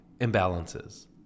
imbalances